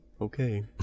Okay